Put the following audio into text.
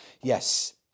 Yes